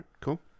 cool